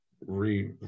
re